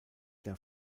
der